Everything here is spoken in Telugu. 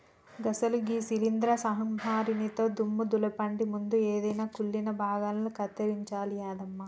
అసలు గీ శీలింద్రం సంహరినితో దుమ్ము దులపండి ముందు ఎదైన కుళ్ళిన భాగాలను కత్తిరించాలి యాదమ్మ